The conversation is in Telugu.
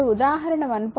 ఇప్పుడు ఉదాహరణ 1